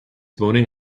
morning